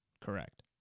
Correct